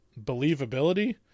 believability